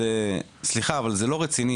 אבל סליחה, זה לא רציני.